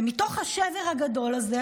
ומתוך השבר הגדול הזה,